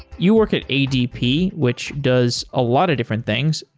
you work at adp, which does a lot of different things.